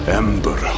ember